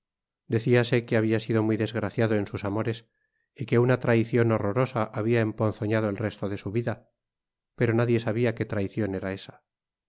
traslucido decíase que habia sido muy desgraciado en sus amores y que una traicion horrorosa habia emponzoñado el resto de su vida pero nadie sabia qué traicion era esa